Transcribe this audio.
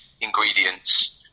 ingredients